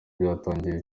byatangiye